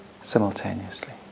simultaneously